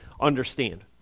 understand